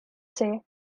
since